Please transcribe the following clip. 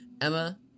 Emma